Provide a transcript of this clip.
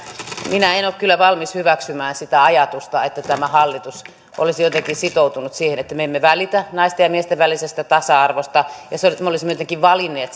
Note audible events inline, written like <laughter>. minä en en ole kyllä valmis hyväksymään sitä ajatusta että tämä hallitus olisi jotenkin sitoutunut siihen että me emme välitä naisten ja miesten välisestä tasa arvosta ja me olisimme jotenkin valinneet <unintelligible>